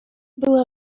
była